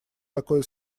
такое